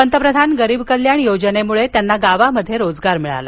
पंतप्रधान गरीब कल्याण योजनेम्ळे त्यांना गावात रोजगार मिळाला